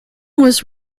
was